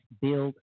build